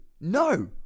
no